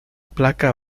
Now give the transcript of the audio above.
placa